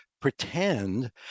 pretend